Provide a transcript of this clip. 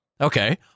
Okay